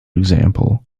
example